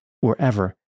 wherever